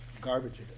garbage